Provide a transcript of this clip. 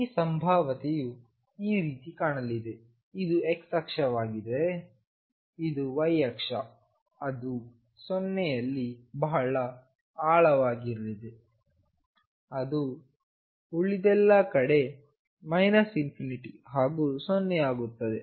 ಈ ಸಂಭಾವ್ಯತೆಯು ಈ ರೀತಿ ಕಾಣಲಿದೆಇದು x ಅಕ್ಷವಾಗಿದ್ದರೆ ಇದು y ಅಕ್ಷ ಅದು 0 ಯಲ್ಲಿ ಬಹಳ ಆಳವಾಗಿರಲಿದೆ ಅದು ಉಳಿದೆಲ್ಲ ಕಡೆ ∞ ಹಾಗೂ 0 ಆಗುತ್ತದೆ